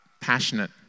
passionate